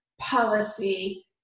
policy